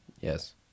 Yes